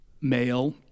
male